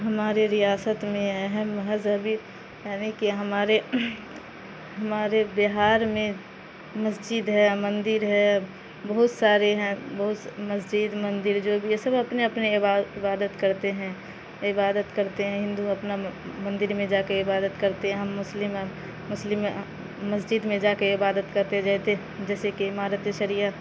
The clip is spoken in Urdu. ہمارے ریاست میں اہم مہذبی یعنی کہ ہمارے ہمارے بہار میں مسجد ہے مندر ہے بہت سارے ہیں بہس مسجد مندر جو بھی ہے سب اپنے اپنے عبا عبادت کرتے ہیں عبادت کرتے ہیں ہندو اپنا مندر میں جا کے عبادت کرتے ہیں ہم مسلم ہیں مسلم مسجد میں جا کے عبادت کرتے جیتے جیسے کہ عمارت شریعہ